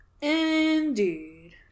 Indeed